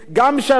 גם משרתי הצבא.